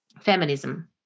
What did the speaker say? Feminism